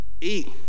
eat